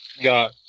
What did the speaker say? Got